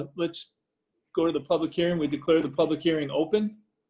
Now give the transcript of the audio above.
ah let's go to the public hearing. we declare the public hearing open